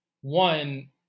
one